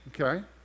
Okay